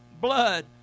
blood